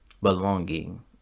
belonging